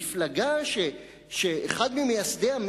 מפלגה שאחד ממייסדיה,